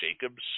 Jacobs